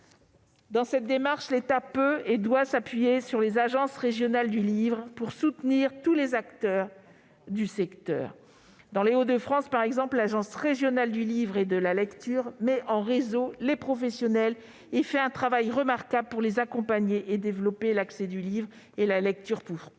Dans cette démarche, l'État peut et doit s'appuyer sur les agences régionales du livre et de la lecture pour soutenir tous les acteurs du secteur. Dans les Hauts-de-France, par exemple, l'agence régionale du livre et de la lecture met en réseau les professionnels et fait un travail remarquable pour les accompagner et développer l'accès du livre et de la lecture pour tous.